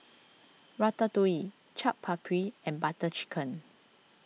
Ratatouille Chaat Papri and Butter Chicken